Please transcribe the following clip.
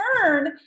turn